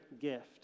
gift